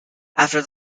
after